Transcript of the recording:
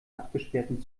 abgesperrten